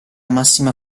massima